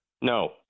no